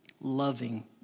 loving